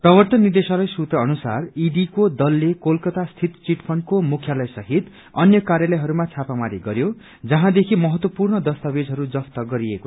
प्रवर्तन निदेशालय सूत्र अनुसार ईडीको दलले कोलकता स्थित चिटफण्डको मुख्यालाय सहित अन्य कार्यालयहरूमा छापामारी गरयो जहँदेखि महत्वपूर्ण दस्तावेजहरू जफ्त गरियो